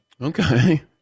Okay